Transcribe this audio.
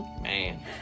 Man